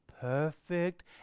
perfect